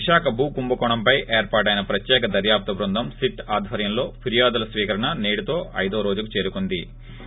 విశాఖ భూ కుంభకోణంపై ఏర్పాటైన ప్రత్యేక దర్శాపు బృందం సిట్ ఆధ్వర్యంలో ఫిర్వాధుల స్వీకరణ నేటితో ఐది రోజుకు చేరుకుందే